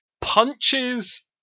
punches